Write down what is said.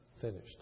finished